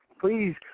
Please